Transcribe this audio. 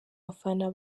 bafana